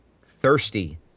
thirsty